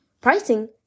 pricing